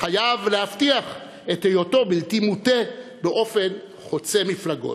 חייב להבטיח את היותו בלתי מוטה באופן חוצה מפלגות.